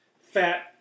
fat